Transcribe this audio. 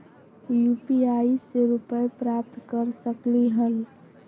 UPI से रुपए प्राप्त कर सकलीहल?